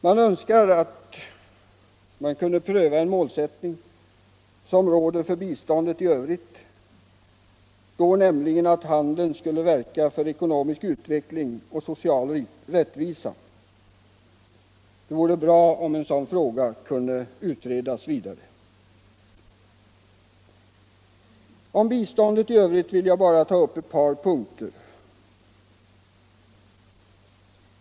Man önskar att vi kunde pröva den målsättning som råder för biståndet i övrigt, nämligen att handeln skall verka för ekonomisk utveckling och social rättvisa. Det vore bra om den frågan kunde utredas vidare. I fråga om biståndet i övrigt vill jag bara ta upp ett par punkter.